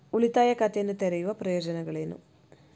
ಉಳಿತಾಯ ಖಾತೆಯನ್ನು ತೆರೆಯುವ ಪ್ರಯೋಜನಗಳೇನು?